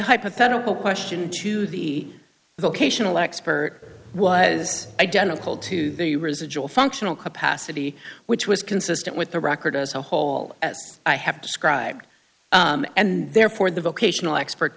hypothetical question to the vocational expert was identical to the residual functional capacity which was consistent with the record as a whole as i have described and therefore the vocational expert